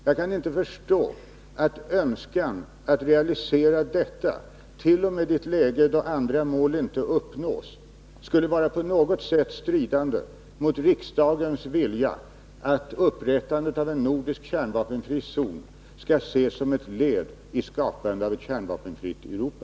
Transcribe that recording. Jag kan inte förstå att önskan att realisera detta, t.o.m. i ett läge då andra mål inte uppnås, skulle vara på något sätt stridande mot riksdagens vilja att upprättandet av en nordisk kärnvapenfri zon skall ses som ett led i skapandet av ett kärnvapenfritt Europa.